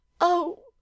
Oh